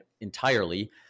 entirely